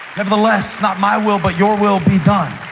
nevertheless, not my will but your will be done.